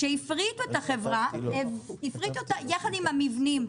כשהפריטו את החברה עשו את זה ביחד עם המבנים.